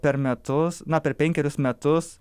per metus na per penkerius metus